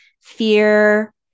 fear